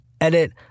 Edit